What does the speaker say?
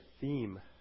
theme